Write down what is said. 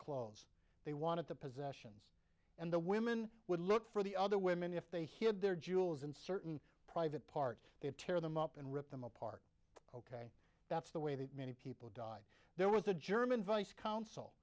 clothes they wanted the possessions and the women would look for the other women if they hear of their jewels and certain private parts they tear them up and rip them apart that's the way that many people died there was a german vice cons